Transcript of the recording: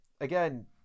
Again